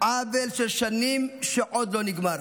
עוול של שנים שעוד לא נגמר.